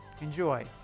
Enjoy